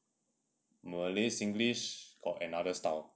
malay singlish got another style